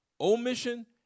omission